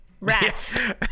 Rats